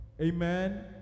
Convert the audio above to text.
amen